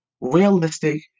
realistic